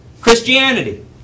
Christianity